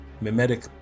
mimetic